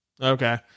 Okay